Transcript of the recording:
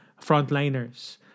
frontliners